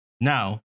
Now